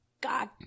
god